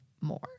more